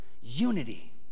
Unity